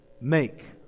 make